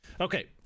okay